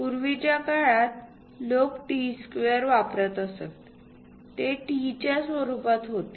पूर्वीच्या काळात लोक T स्क्वेअर वापरत असत ते T च्या स्वरूपात होते